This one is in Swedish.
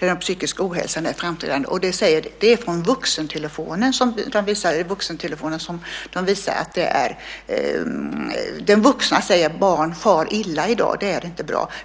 den psykiska ohälsan är framträdande i Bris barnkontakter. Det är från vuxna, genom vuxentelefonen, som man visar att barn far illa i dag. Det är inte bra.